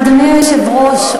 אדוני היושב-ראש,